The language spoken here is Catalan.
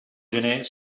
gener